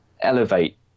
elevate